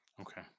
Okay